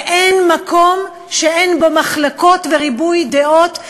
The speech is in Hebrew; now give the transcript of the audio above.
ואין מקום שאין בו מחלוקות וריבוי דעות,